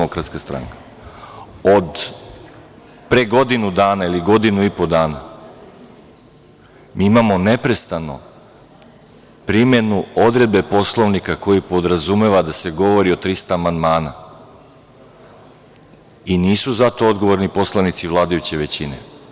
Od pre godinu dana ili od pre godinu i po dana mi imamo neprestano primenu odredbe Poslovnika koja podrazumeva da se govori o 300 amandmana i nisu zato odgovorni poslanici vladajuće većine.